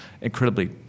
incredibly